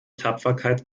tapferkeit